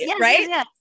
right